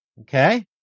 Okay